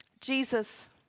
Jesus